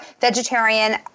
vegetarian